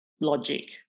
logic